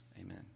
Amen